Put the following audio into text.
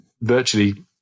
virtually